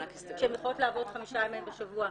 שהן יכולות לעבוד חמישה ימים בשבוע.